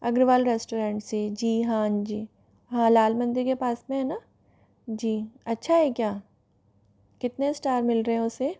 Agarwal restaurant से जी हाँ जी हाँ लाल मंदिर के पास में है न जी अच्छा है क्या कितने स्टार मिल रहे हैं उसे